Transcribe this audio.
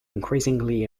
increasingly